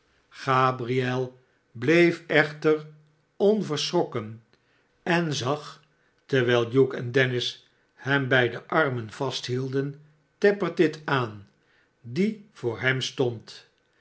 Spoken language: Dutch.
gabriel bleef echter onverschrokken en zag terwijl hugh en dennis hem bij de armen vasthielden tappertit aan die voor hem stond